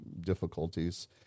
difficulties